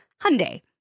Hyundai